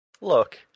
Look